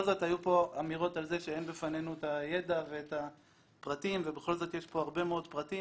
היו אמירות שאין בפנינו את הידע ואת הפרטים ויש פה הרבה פרטים.